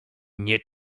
nie